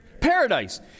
Paradise